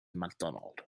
macdonald